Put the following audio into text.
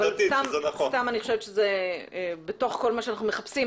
אבל סתם אני חושבת שזה בתוך כל מה שאנחנו מחפשים,